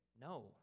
no